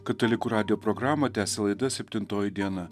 katalikų radijo programą tęsia laida septintoji diena